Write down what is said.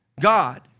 God